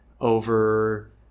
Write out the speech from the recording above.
over